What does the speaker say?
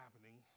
happening